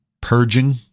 purging